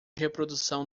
reprodução